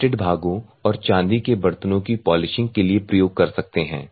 plated भागों और चांदी के बर्तनों की पॉलिशिंग के लिए प्रयोग कर सकते हैं